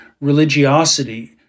religiosity